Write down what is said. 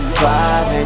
five